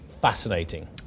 fascinating